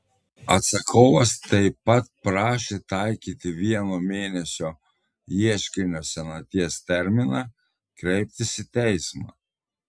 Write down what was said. atsakovas taip pat prašė taikyti vieno mėnesio ieškinio senaties terminą kreiptis į teismą